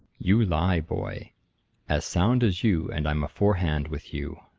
you lie, boy as sound as you and i'm aforehand with you.